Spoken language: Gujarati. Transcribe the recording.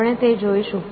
આપણે તે જોઈશું